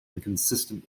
inconsistent